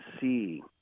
see